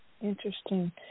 Interesting